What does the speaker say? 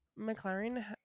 McLaren